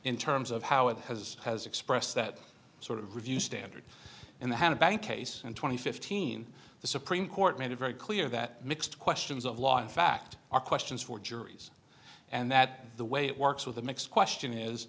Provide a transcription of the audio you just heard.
in terms of how it has has expressed that sort of review standard in the bank case and twenty fifteen the supreme court made it very clear that mixed questions of law in fact are questions for juries and that the way it works with the next question is